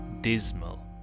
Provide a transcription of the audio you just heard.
Dismal